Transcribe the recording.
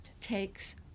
takes